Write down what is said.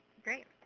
great.